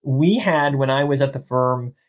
we had when i was at the firm,